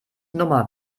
nummer